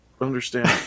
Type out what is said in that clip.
understand